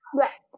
Yes